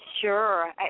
Sure